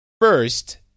first